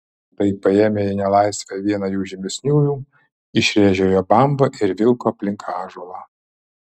antai paėmė į nelaisvę vieną iš žymesniųjų išrėžė jo bambą ir vilko aplinkui ąžuolą